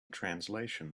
translation